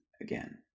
again